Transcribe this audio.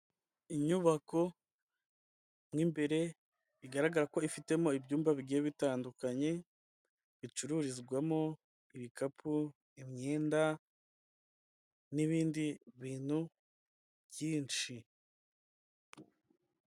Inyubako mo imbere bigaragara ko ifitemo ibyumba bigiye bitandukanye, icururizwamo ibikapu, imyenda, n'ibindi bintu byinshi.